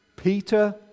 Peter